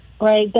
Right